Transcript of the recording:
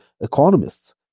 economists